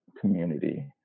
community